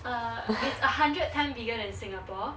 err it's a hundred times bigger than singapore